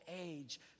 age